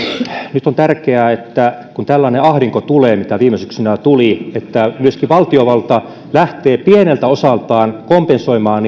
nyt on tärkeää että kun tulee tällainen ahdinko kuin viime syksynä tuli niin myöskin valtiovalta lähtee pieneltä osaltaan kompensoimaan